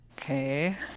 Okay